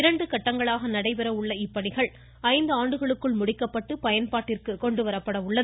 இரண்டு கட்டங்களாக நடைபெற உள்ள இப்பணிகள் இரண்டு ஆண்டுகளுக்குள் முடிக்கப்பட்டு பயன்பாட்டிற்கு கொண்டு வரப்பட உள்ளது